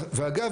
ואגב,